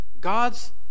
God's